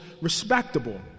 respectable